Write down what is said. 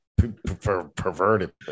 perverted